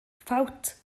ffawt